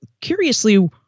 curiously